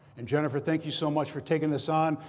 and jennifer, thank you so much for taking this on.